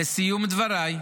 לסיום דבריי,